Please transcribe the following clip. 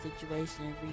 situation